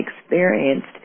experienced